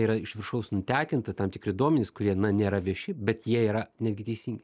yra iš viršaus nutekinta tam tikri duomenys kurie nėra vieši bet jie yra netgi teisingi